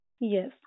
Yes